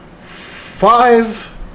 five